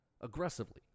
aggressively